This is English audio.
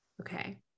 okay